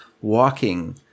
walking